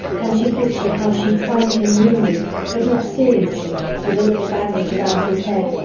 and she pictured how she'd find him wounded but not seriously, with a little bandage around his head,